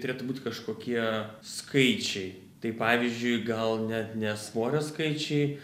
turėtų būt kažkokie skaičiai tai pavyzdžiui gal net ne svorio skaičiai